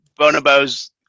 bonobos